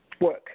work